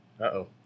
Uh-oh